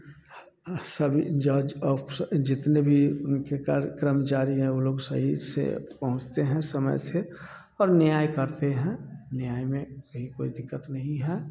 सभी जज ऑफिसर जितने भी उनके कार्य कर्मचारी हैं वे लोग सही से पहुँचते हैं समय से और न्याय करते हैं न्याय में कहीं कोई दिक्कत नहीं है